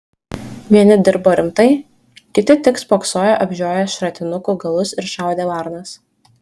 vieni dirbo rimtai kiti tik spoksojo apžioję šratinukų galus ir šaudė varnas